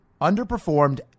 underperformed